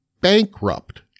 bankrupt